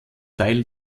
teil